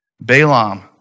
Balaam